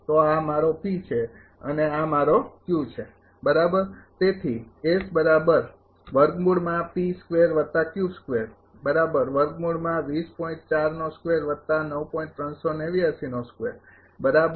તો આ મારો છે અને આ મારો છે બરાબર